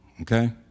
okay